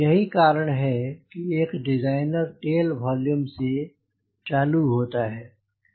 यही कारण है की एक डिज़ाइनर टेल वोल्यूम से चालू होता है